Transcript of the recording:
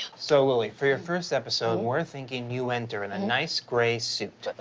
so, lilly, for your first episode, we're thinking you enter in a nice gray suit.